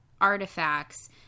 artifacts